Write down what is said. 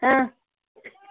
आं